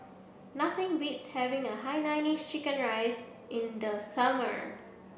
nothing beats having a Hainanese Chicken Rice in the summer